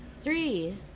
Three